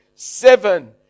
Seven